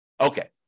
Okay